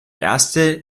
erste